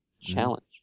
challenge